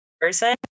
person